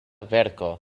verko